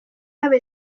ave